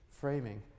framing